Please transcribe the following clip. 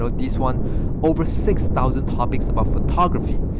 so this one over six thousand topics about photography.